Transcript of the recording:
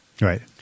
Right